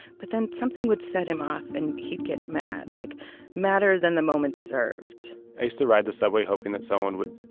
but then something would set him off, and he'd get mad, like madder than the moment deserved i used to ride the subway hoping that someone would,